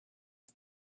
gad